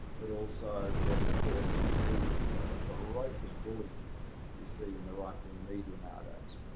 but also their supporters in the media, you know the ferocious bullying you see in the right wing media nowadays.